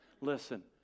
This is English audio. Listen